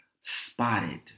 spotted